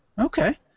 Okay